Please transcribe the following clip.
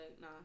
Nah